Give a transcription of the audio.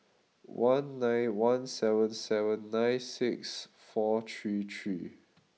one nine one seven seven nine six four three three